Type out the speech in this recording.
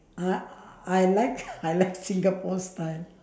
uh I like I like singapore style